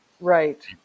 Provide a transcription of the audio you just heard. Right